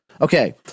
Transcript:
Okay